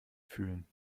fühlen